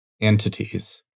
entities